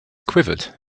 quivered